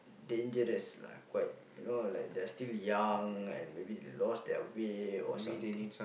dangerous lah quite you know like they are still young and maybe lost their way or something